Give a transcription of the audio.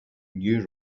new